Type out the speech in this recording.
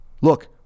look